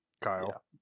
Kyle